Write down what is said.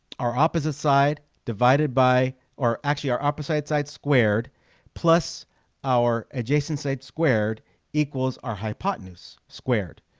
our opposite side divided by or actually our opposite side squared plus our adjacent site squared equals our hypotenuse squared.